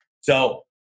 So-